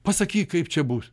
pasakyk kaip čia bus